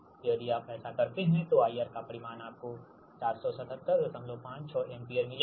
तो यदि आप ऐसा करते हैं तो IR का परिमाण आपको 47756 एम्पीयर मिलेगा